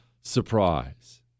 surprise